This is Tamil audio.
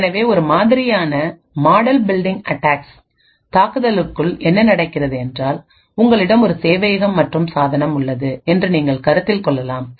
எனவே ஒரு மாதிரியானமாடல் பில்டிங் அட்டாக்ஸ் தாக்குதலுக்குள் என்ன நடக்கிறது என்றால் உங்களிடம் ஒரு சேவையகம் மற்றும் சாதனம் உள்ளது என்று நீங்கள் கருத்தில் கொள்ளலாம்